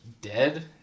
Dead